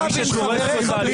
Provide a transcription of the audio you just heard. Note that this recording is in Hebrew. למה אתם עושים בליץ כזה?